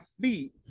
feet